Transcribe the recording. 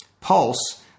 Pulse